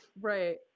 right